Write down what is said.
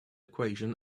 equation